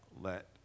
let